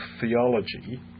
theology